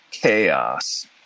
chaos